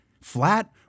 Flat